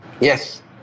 Yes